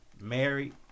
married